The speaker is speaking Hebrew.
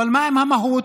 אבל מה עם המהות?